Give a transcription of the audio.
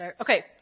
Okay